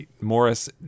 Morris